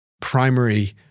primary